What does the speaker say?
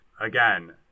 again